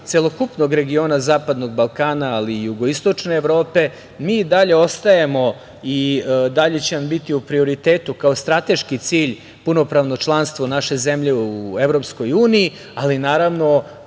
celokupnog regiona zapadnog Balkana, ali i jugoistočne Evrope. Mi i dalje ostajemo i dalje će nam biti u prioritetu kao strateški cilj punopravno članstvo naše zemlje u Evropskoj uniji, ali naravno